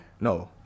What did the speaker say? No